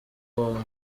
bombi